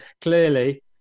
clearly